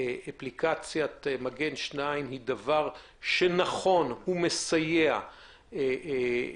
אפליקציית "מגן 2". האם זה דבר נכון ומסייע והאם